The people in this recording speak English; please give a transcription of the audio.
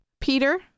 Peter